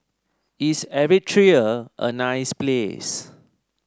is Eritrea a a nice place